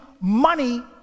money